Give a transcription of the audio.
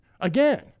again